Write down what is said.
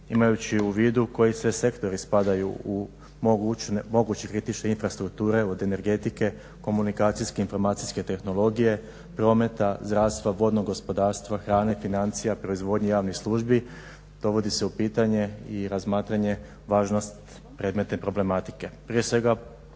Imajući u vidu koji sve sektori spadaju u moguće kritične infrastrukture od energetike, komunikacijske i informacijske tehnologije, prometa, zdravstva, vodnog gospodarstva, hrane, financija, proizvodnje, javnih službi dovodi se u pitanje i razmatranje važnosti predmetne problematike.